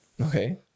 okay